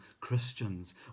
Christians